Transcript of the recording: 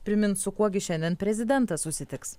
primins su kuo gi šiandien prezidentas susitiks